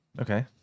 Okay